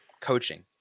Coaching